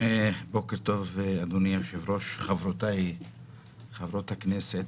בוקר טוב, אדוני היושב-ראש, חברותיי חברות הכנסת.